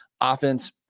offense